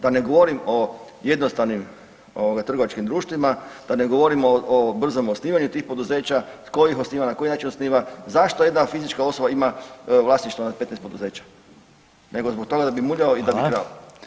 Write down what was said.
Da ne govorim o jednostavnim ovoga trgovačkim društvima, da ne govorimo o brzom osnivanju tih poduzeća, tko ih osniva, na koji način osniva, zašto jedna fizička osoba ima vlasništvo nad 15 poduzeća, nego zbog toga da bi muljao i da bi krao.